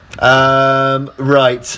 Right